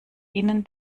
innen